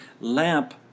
lamp